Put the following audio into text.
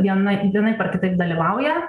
vienaip vienaip ar kitaip dalyvauja